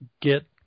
get